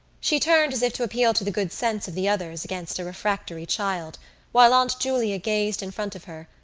she turned as if to appeal to the good sense of the others against a refractory child while aunt julia gazed in front of her,